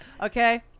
okay